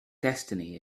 destiny